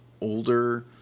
older